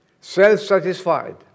self-satisfied